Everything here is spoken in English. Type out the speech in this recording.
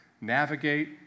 navigate